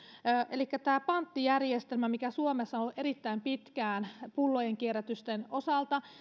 elikkä kun on tämä panttijärjestelmä mikä suomessa on ollut erittäin pitkään pullojen kierrätyksen osalta